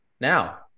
now